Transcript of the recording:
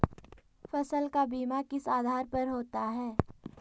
फसल का बीमा किस आधार पर होता है?